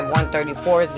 134